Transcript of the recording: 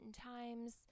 times